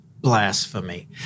blasphemy